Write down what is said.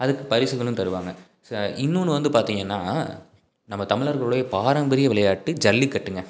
அதுக்கு பரிசுகளும் தருவாங்க இன்னொன்று வந்து பார்த்திங்கன்னா நம்ம தமிழர்களுடைய பாரம்பரிய விளையாட்டு ஜல்லிக்கட்டுங்க